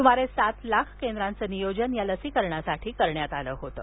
सुमारे सात लाख केंद्रांचं नियोजन या लसीकरणासाठी करण्यात आलं होतं